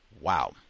wow